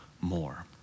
more